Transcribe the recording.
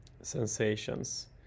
sensations